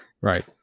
right